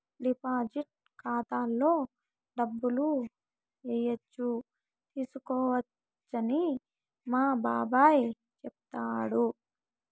deposit ఖాతాలో డబ్బులు ఏయచ్చు తీసుకోవచ్చని మా బాబాయ్ చెప్పాడు